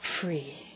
free